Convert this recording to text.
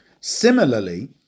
Similarly